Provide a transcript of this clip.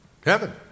Heaven